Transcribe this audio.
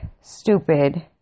stupid